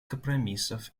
компромиссов